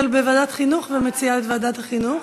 אבל אני בוועדת החינוך ומציעה את ועדת החינוך.